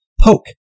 Poke